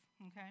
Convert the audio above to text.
okay